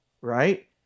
right